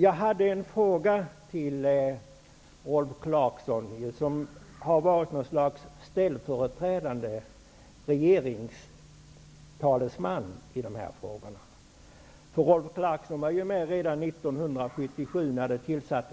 Jag hade en fråga till Rolf Clarkson, som har varit något slags ställföreträdande regeringstalesman i dessa frågor. Rolf Clarkson var ju med redan 1977 när